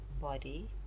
body